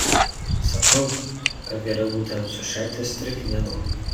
sakau kad geriau būtų jam sušerti strichnino